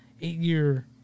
eight-year